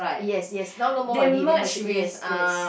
yes yes now no more already they merge it yes yes